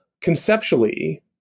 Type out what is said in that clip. conceptually